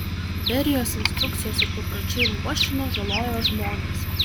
berijos instrukcijos ir papročiai luošino žalojo žmones